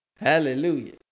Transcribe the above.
Hallelujah